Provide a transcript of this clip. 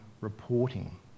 reporting